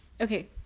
Okay